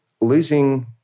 losing